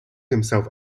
himself